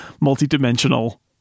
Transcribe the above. multi-dimensional